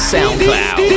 SoundCloud